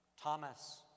Thomas